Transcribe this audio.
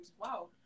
wow